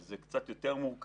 זה קצת יותר מורכב.